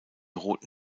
roten